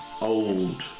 old